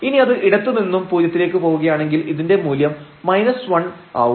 ഇനി അത് ഇടത്തുനിന്നും പൂജ്യത്തിലേക്ക് പോവുകയാണെങ്കിൽ ഇതിന്റെ മൂല്യം 1 ആവും